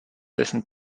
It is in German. dessen